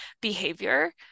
behavior